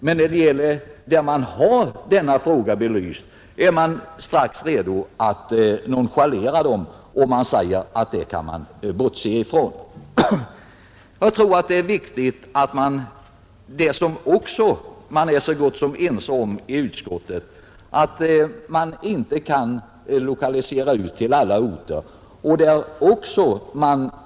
Men när man har denna fråga belyst är man strax redo att nonchalera detta och säger i stället att man kan bortse från det. Jag tror att det är viktigt, det som man också är så gott som ense om i utskottet, att man inte kan lokalisera ut till alla orter.